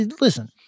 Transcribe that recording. listen